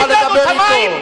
בתקופה של משבר כלכלי עולמי.